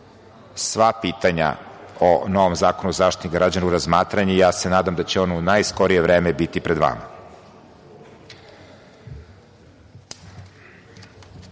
sva pitanja o novom zakonu o Zaštitniku građana u razmatranje i ja se nadam da će on u najskorije vreme biti pred vama. Ono